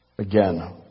Again